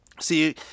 See